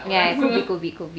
ya COVID COVID COVID